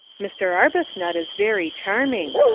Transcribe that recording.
mr. arbuthnot is very charming.